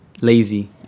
Lazy